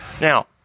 Now